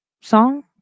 song